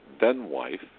then-wife